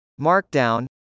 Markdown